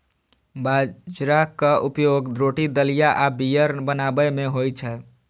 बाजराक उपयोग रोटी, दलिया आ बीयर बनाबै मे होइ छै